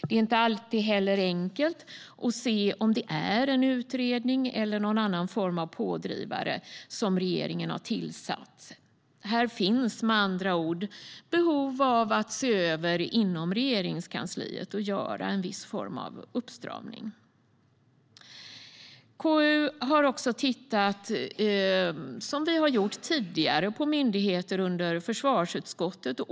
Det är inte heller alltid enkelt att se om det är en utredning eller någon annan form av pådrivare som regeringen har tillsatt. Här finns det med andra ord behov av att inom Regeringskansliet se över detta och göra en viss form av uppstramning. KU har också, som tidigare, tittat på myndigheter under Försvarsdepartementet.